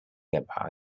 empire